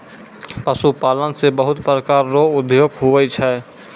पशुपालन से बहुत प्रकार रो उद्योग हुवै छै